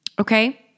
Okay